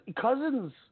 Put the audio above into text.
Cousins